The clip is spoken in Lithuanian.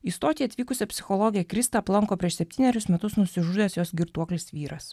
į stotį atvykusią psichologę kristą aplanko prieš septynerius metus nusižudęs jos girtuoklis vyras